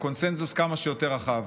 בקונסנזוס כמה שיותר רחב.